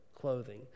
clothing